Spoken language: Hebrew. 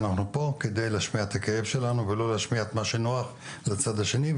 אנחנו פה כדי להשמיע את הכאב שלנו ולא להשמיע את מה שנוח לצד השני,